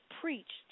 preached